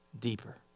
deeper